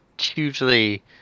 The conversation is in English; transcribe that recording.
hugely